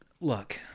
look